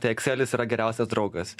tai ekselis yra geriausias draugas